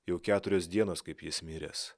jau keturios dienos kaip jis miręs